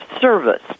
service